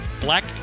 Black